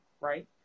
right